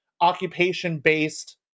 occupation-based